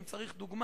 אם צריך דוגמה,